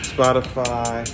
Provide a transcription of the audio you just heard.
Spotify